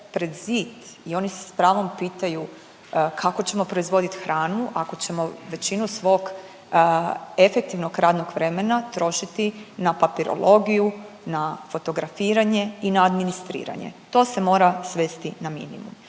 i oni se s pravom pitaju kako ćemo proizvodit hranu ako ćemo većinu svog efektivnog radnog vremena trošiti na papirologiju, na fotografiranje i na administriranje. To se mora svesti na minimum.